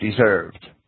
deserved